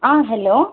ஆ hello